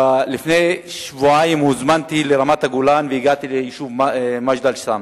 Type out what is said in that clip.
לפני שבועיים הוזמנתי לרמת-הגולן והגעתי ליישוב מג'דל-שמס.